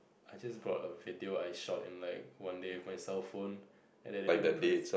I just brought a video I shot in like one day with my cellphone and then I didn't press